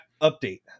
update